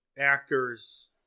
actor's